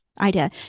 idea